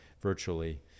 virtually